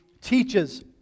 teaches